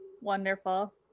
wonderful